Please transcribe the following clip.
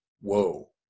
whoa